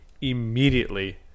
immediately